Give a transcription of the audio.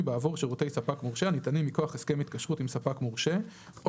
בעבור שירותי ספק מורשה הניתנים מכוח הסכם התקשרות עם ספק מורשה או